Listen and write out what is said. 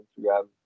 Instagram